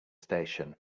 station